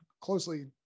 closely